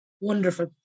Wonderful